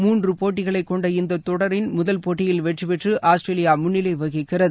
மூன்று போட்டிகளைக் கொண்ட இந்த தொடரின் முதல் போட்டியில் வெற்றிபெற்று ஆஸ்திரேலியா முன்னிலை வகிக்கிறது